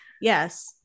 yes